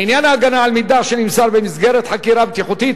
לעניין ההגנה על מידע שנמסר במסגרת חקירה בטיחותית,